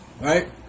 Right